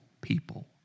people